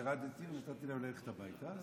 אז ירדתי ונתתי להם ללכת הביתה,